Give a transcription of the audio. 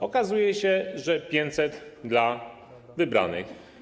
Okazuje się, że 500 dla wybranych.